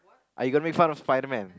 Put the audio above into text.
are you going to make fun of Spiderman